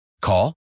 Call